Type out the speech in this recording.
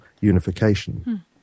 unification